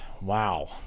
wow